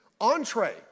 Entree